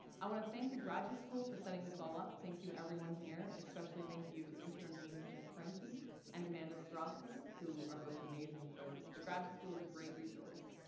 i want to thank the graduate school for setting this all up. thank you everyone here, especially thank you to interim dean jeff franke and amanda strasser who are both amazing folks. the graduate school's a great resource.